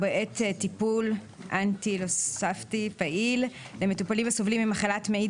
או בעת טיפול אנטינאופלסטי פעיל; (2) למטופלים הסובלים ממחלת מעי